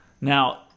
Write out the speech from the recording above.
Now